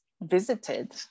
visited